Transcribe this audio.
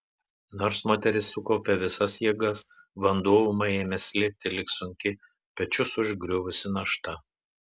nors moteris sukaupė visas jėgas vanduo ūmai ėmė slėgti lyg sunki pečius užgriuvusi našta